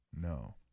No